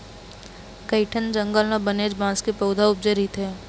कइठन जंगल म बनेच बांस के पउथा उपजे रहिथे